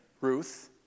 Ruth